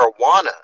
marijuana